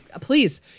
please